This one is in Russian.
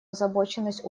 озабоченность